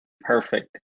perfect